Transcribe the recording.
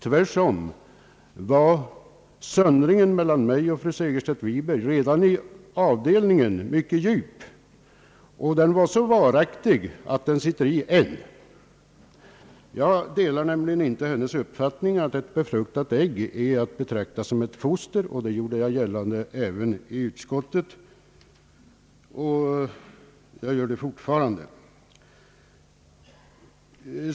Tvärtom var söndringen mellan mig och fru Segerstedt Wiberg redan i avdelningen mycket djup, och den var så varaktig att den sitter i än. Jag delar nämligen inte hennes uppfattning att ett befruktat ägg är att betrakta som ett foster, och det gjorde jag gällande även i utskottet. Jag gör det fortfarande.